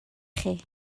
chi